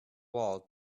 wall